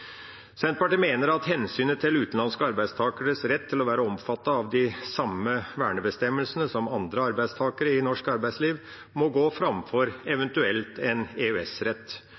Senterpartiet mener at hensynet til utenlandske arbeidstakeres rett til å være omfattet av de samme vernebestemmelsene som andre arbeidstakere i norsk arbeidsliv, må gå framfor en